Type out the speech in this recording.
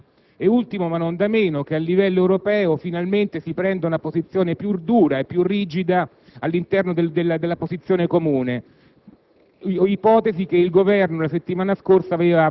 a sanzioni commerciali nei confronti del Governo birmano e, da ultimo ma non da meno, che a livello europeo finalmente si prenda una posizione più dura e rigida all'interno della posizione comune.